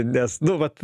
nes nu vat